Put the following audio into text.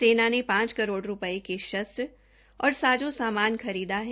सेना ने पांच करोड़ रूपये के शस्त्र और साजो खरीदा है